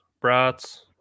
brats